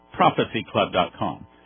prophecyclub.com